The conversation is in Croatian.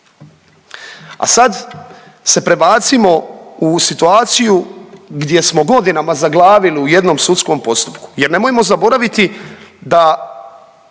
a sad se prebacimo u situaciju gdje smo godinama zaglavili u jednom sudskom postupku jer nemojmo zaboraviti da